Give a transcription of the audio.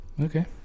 Okay